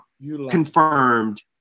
confirmed